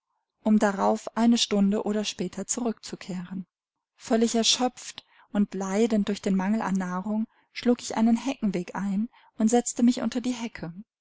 um darauf eine stunde oder später zurückzukehren völlig erschöpft und leidend durch den mangel an nahrung schlug ich einen heckenweg ein und setzte mich unter die hecke